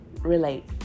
relate